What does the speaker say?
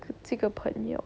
这个朋友